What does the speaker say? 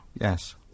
Yes